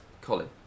Colin